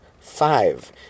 five